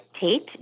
Tate